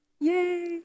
Yay